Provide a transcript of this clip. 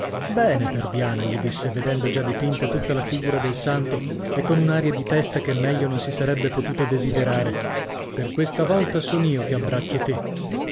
bene perdiana gli disse vedendo già dipinta tutta la figura del santo e con un'aria di festa che meglio non si sarebbe potuto desiderare per questa volta son io che abbraccio te